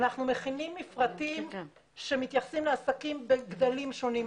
אנחנו מכינים מפרטים שמתייחסים לעסקים בגדלים שונים,